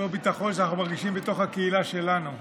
אותו ביטחון שאנחנו מרגישים בתוך הקהילה שלנו.